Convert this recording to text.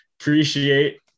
appreciate